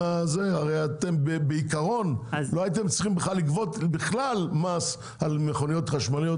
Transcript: הרי בעיקרון לא הייתם צריכים בכלל לגבות מס על מכוניות חשמליות,